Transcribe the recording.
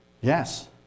Yes